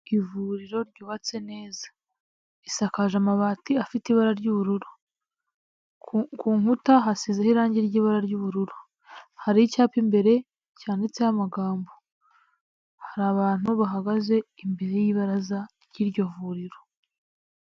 Ivuriro ryubatse neza risakaje amabati afite ibara ry'ubururu, ku nkuta hasizeho irange ry'ibara ry'ubururu, hari icyapa imbere cyanditseho amagambo hari abantu bahagaze imbere y'ibaraza ry'iryo vuriro.